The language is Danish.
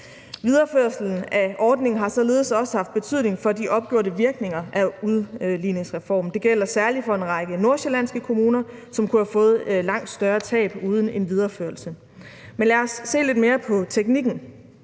Videreførelsen af ordningen har således også haft betydning for de opgjorte virkninger af udligningsreformen. Det gælder særlig for en række nordsjællandske kommuner, som kunne have fået langt større tab uden en videreførelse. Men lad os se lidt mere på teknikken: